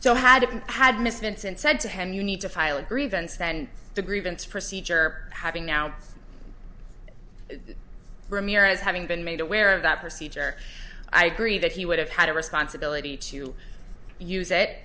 been had miss vincent said to him you need to file a grievance then the grievance procedure having now ramirez having been made aware of that procedure i agree that he would have had a responsibility to use it